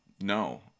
no